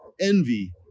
envy